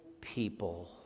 people